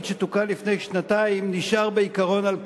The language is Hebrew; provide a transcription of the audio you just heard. שתוקן לפני שנתיים נשאר בעיקרון על כנו.